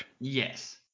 Yes